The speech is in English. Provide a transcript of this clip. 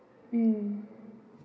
mm